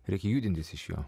reikia judintis iš jo